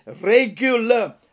regular